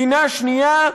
מדינה שנייה,